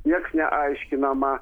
nieks ne aiškinama